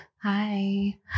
Hi